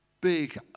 big